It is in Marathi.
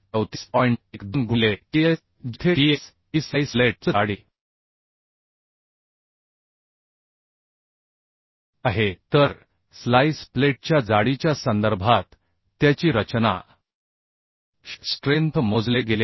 12 गुणिले ts जेथे ts ही स्लाईस प्लेटची जाडी आहे तर स्लाईस प्लेटच्या जाडीच्या संदर्भात त्याची रचना श स्ट्रेंथ मोजले गेले आहे